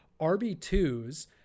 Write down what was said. RB2s